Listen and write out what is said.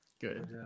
good